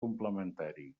complementari